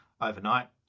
overnight